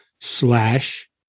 slash